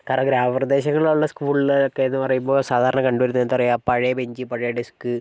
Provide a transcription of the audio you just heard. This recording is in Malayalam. കാരണം ഗ്രാമപ്രദേശങ്ങളിലുള്ള സ്ക്കൂളിൽ ഒക്കെന്ന് പറയുമ്പോൾ സാധാരണ കണ്ടുവരുന്നത് എന്താ പറയാ പഴയ ബെഞ്ച് പഴയ ഡെസ്ക്